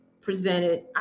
presented